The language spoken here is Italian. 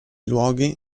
luoghi